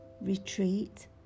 retreat